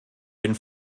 den